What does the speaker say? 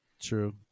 True